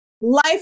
Life